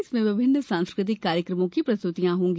इसमें विभिन्न सांस्कृतिक कार्यक्रमों की प्रस्तुति होगी